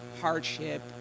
hardship